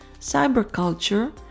cyberculture